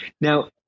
Now